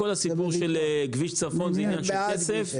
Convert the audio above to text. כל הסיפור של כביש צפון הוא עניין של כסף.